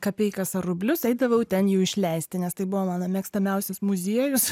kapeikas ar rublius eidavau ten jų išleisti nes tai buvo mano mėgstamiausias muziejus